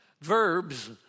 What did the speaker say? verbs